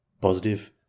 Positive